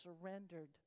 surrendered